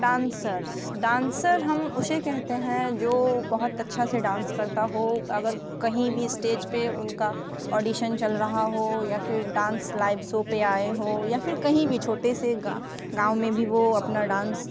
dancers dancer हम उसे कहते हैं जो बहुत अच्छा से डांस करता हो अगर कहीं भी स्टेज पे उनका ऑडिशन चल रहा हो या फिर डांस लाइव शो पे आए हो या फिर कहीं भी छोटे से गांव में भी वो अपना डांस